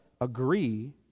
agree